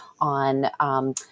on